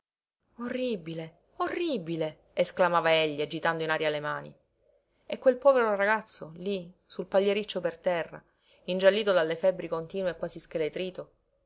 orribile orribile esclamava egli agitando in aria le mani e quel povero ragazzo lí sul pagliericcio per terra ingiallito dalle febbri continue e quasi